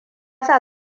sa